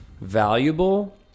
valuable